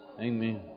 Amen